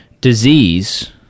disease